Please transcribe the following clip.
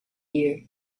year